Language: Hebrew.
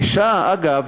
אישה, אגב,